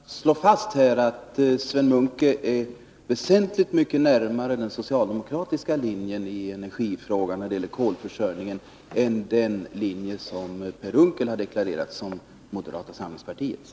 Herr talman! Jag kan bara slå fast att Sven Munke är väsentligt mycket närmare den socialdemokratiska linjen i energifrågan när det gäller kolförsörjningen än den linje som Per Unckel har deklarerat som moderata samlingspartiets.